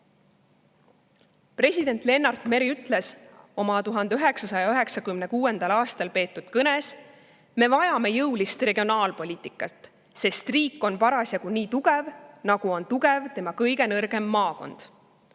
President Lennart Meri ütles oma 1996. aastal peetud kõnes: "Me vajame jõulist regionaalpoliitikat, sest riik on parasjagu nii tugev, nagu on tugev tema kõige nõrgem maakond."